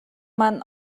маань